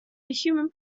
human